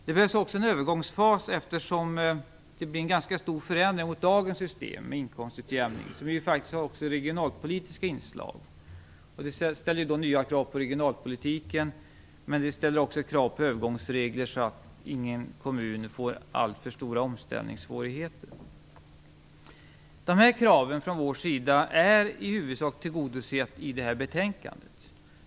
Det behövs också en övergångsfas, eftersom det blir en ganska stor förändring jämfört med dagens system med inkomstutjämning, som också har regionalpolitiska inslag. Det ställer nya krav på regionalpolitiken, men det ställer också krav på övergångsregler så att ingen kommun får alltför stora omställningssvårigheter. Dessa krav från vår sida är i huvudsak tillgodosedda i betänkandet.